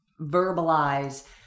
verbalize